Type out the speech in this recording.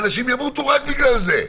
אנשים ימותו רק בגלל זה,